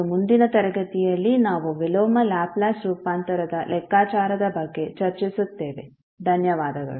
ಮತ್ತು ಮುಂದಿನ ತರಗತಿಯಲ್ಲಿ ನಾವು ವಿಲೋಮ ಲ್ಯಾಪ್ಲೇಸ್ ರೂಪಾಂತರದ ಲೆಕ್ಕಾಚಾರದ ಬಗ್ಗೆ ಚರ್ಚಿಸುತ್ತೇವೆ ಧನ್ಯವಾದಗಳು